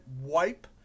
wipe